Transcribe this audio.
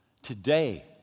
Today